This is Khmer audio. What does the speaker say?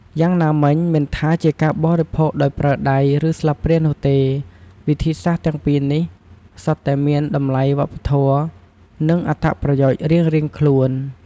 យ៉ាងណាមិញ មិនថាជាការបរិភោគដោយប្រើដៃ ឬស្លាបព្រានោះទេ វិធីសាស្ត្រទាំងពីរនេះសុទ្ធតែមានតម្លៃវប្បធម៌ និងអត្ថប្រយោជន៍រៀងៗខ្លួន។